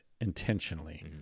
intentionally